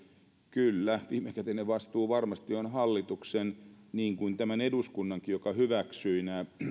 kyllä viimekätinen vastuu varmasti on hallituksen niin kuin tämän eduskunnankin joka hyväksyi